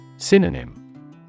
Synonym